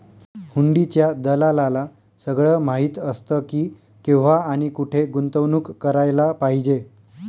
हुंडीच्या दलालाला सगळं माहीत असतं की, केव्हा आणि कुठे गुंतवणूक करायला पाहिजे